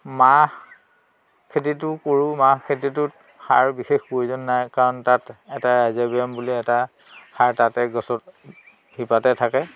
মাহ খেতিটো কৰোঁ মাহ খেতিটোত সাৰ বিশেষ প্ৰয়োজন নাই কাৰণ তাত এটা ৰাইজবিয়াম বুলি এটা সাৰ তাতে গছত শিপাতে থাকে